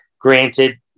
Granted